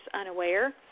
unaware